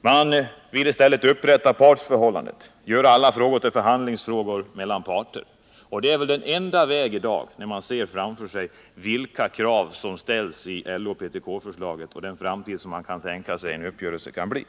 Man vill i stället upprätta partsförhållandet, göra alla frågor till förhandlingsfrågor mellan parter. Och det är väl den enda vägen i dag, när man ser framför sig vilka krav som ställs i LO/PTK-förslaget och den framtida uppgörelse som man kan tänka sig.